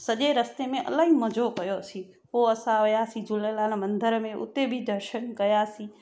सॼे रस्ते में इलाही मज़ो कयोसी पो असां वियासीं झूलेलाल मंदर में उते बि दर्शन कयासीं